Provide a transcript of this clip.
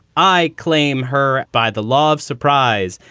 i claim her by the love surprise.